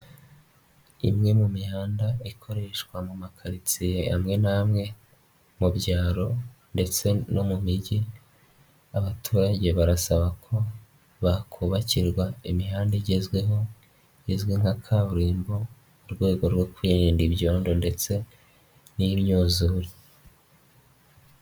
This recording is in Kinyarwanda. Imwe mu mihanda ikoreshwa mu makaritsiye amwe n'amwe mu byaro ndetse no mu migi, abaturage barasaba ko bakubakirwa imihanda igezweho izwi nka kaburimbo mu rwego rwo kwirinda ibyondo ndetse n'imyuzure.